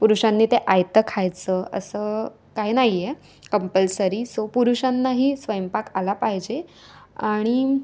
पुरुषांनी ते आयतं खायचं असं काही नाही आहे कंपल्सरी सो पुरुषांनाही स्वयंपाक आला पाहिजे आणि